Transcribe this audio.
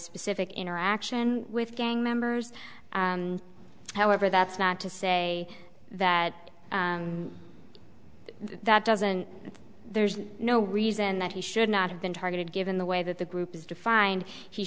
specific interaction with gang members however that's not to say that that doesn't there's no reason that he should not have been targeted given the way that the group is defined he